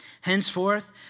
Henceforth